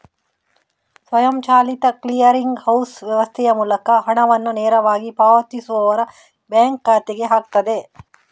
ಸ್ವಯಂಚಾಲಿತ clearing house ವ್ಯವಸ್ಥೆಯ ಮೂಲಕ ಹಣವನ್ನ ನೇರವಾಗಿ ಪಾವತಿಸುವವರ ಬ್ಯಾಂಕ್ ಖಾತೆಗೆ ಹಾಕ್ತದೆ